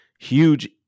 Huge